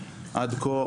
עד כה,